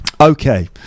okay